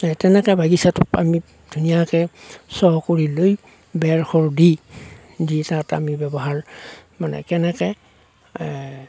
তেনেকে বাগিচাতো আমি ধুনীয়াকে চহ কৰি লৈ বেৰ খোৰ দি দি তাত আমি ব্যৱহাৰ মানে কেনেকে